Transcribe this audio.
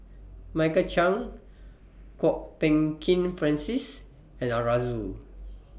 Michael Chiang Kwok Peng Kin Francis and Arasu